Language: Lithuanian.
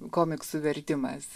komiksų vertimas